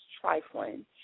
trifling